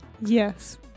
Yes